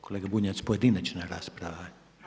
Kolega Bunjac, pojedinačna rasprava.